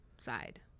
side